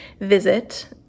visit